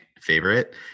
favorite